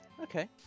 Okay